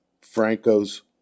Franco's